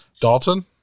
dalton